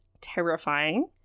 terrifying